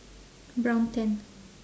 brown tent